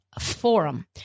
Forum